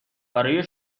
برای